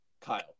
Kyle